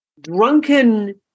drunken